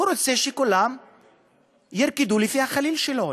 הוא רוצה שכולם ירקדו לפי החליל שלו,